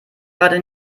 gerade